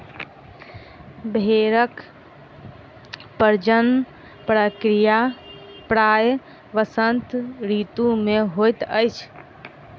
भेड़क प्रजनन प्रक्रिया प्रायः वसंत ऋतू मे होइत अछि